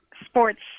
Sports